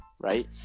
Right